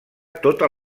tota